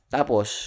Tapos